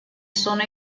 sono